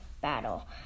battle